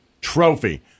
trophy